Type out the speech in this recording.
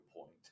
point